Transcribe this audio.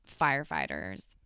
firefighters